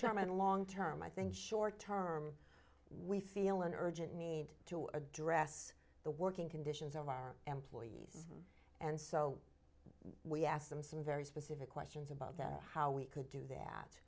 term and long term i think short term we feel an urgent need to address the working conditions of our employees and so we ask them some very specific questions about that how we could do that